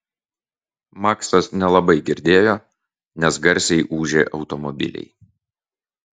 maksas nelabai girdėjo nes garsiai ūžė automobiliai